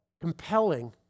compelling